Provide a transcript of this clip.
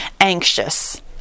anxious